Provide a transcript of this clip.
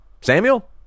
samuel